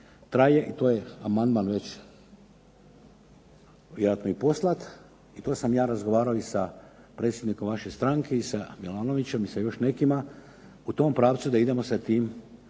traje, to je amandman već vjerojatno i poslat i ja sam razgovarao sa predsjednikom vaše stranke i sa Milanovićem i još nekima u tom pravcu da idemo sa tim